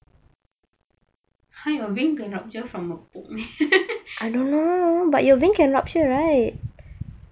ha your vein can rupture from a poke meh